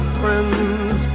friends